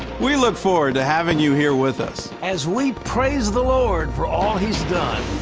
we look forward to having you here with us. as we praise the lord for all he's done.